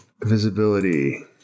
Visibility